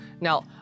Now